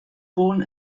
born